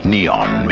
Neon